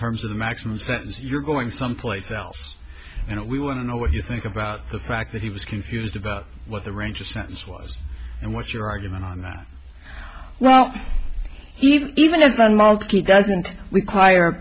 terms of the maximum sentence you're going someplace else and we want to know what you think about the fact that he was confused about what the range of sentence was and what your argument on that well even as the multi doesn't require